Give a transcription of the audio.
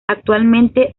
actualmente